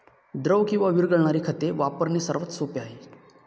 द्रव किंवा विरघळणारी खते वापरणे सर्वात सोपे आहे